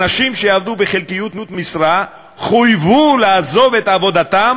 אנשים שעבדו בחלקיות משרה חויבו לעזוב את עבודתם